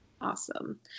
Awesome